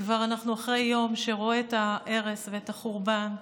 ואנחנו כבר אחרי יום שרואה את ההרס ואת החורבן,